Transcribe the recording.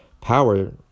power